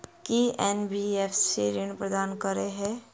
की NBFC ऋण प्रदान करे है?